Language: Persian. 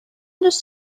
دوست